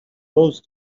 close